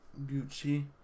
Gucci